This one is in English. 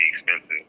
expensive